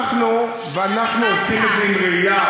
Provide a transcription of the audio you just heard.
ואנחנו עושים את זה עם ראייה